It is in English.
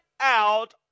out